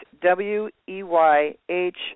W-E-Y-H